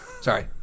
Sorry